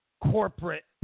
Corporate